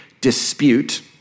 dispute